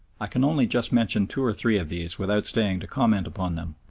i can only just mention two or three of these without staying to comment upon them,